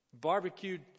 Barbecued